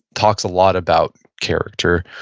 talks a lot about character.